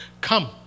Come